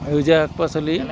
সেউজীয়া শাক পাচলি